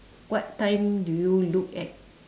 what time do you look at